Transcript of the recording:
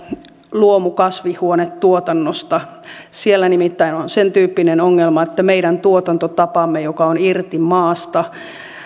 luomukasvihuonetuotannosta siellä nimittäin on sen tyyppinen ongelma että meidän tuotantotapamme joka on irti maasta